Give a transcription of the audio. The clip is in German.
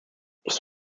ich